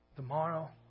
Tomorrow